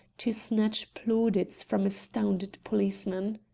to snatch plaudits from astounded policemen.